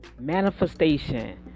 Manifestation